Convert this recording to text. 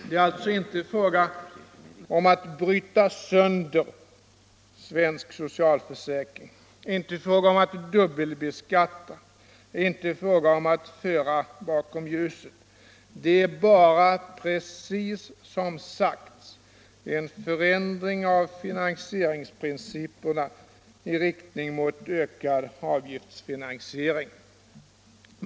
Det är alltså inte fråga om att bryta sönder svensk socialförsäkring, inte fråga om att dubbelbeskatta och inte fråga om att föra bakom ljuset. Det är bara precis som sagts: en förändring av finansieringsprinciperna i riktning mot ökad avgiftsfinansiering.